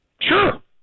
Sure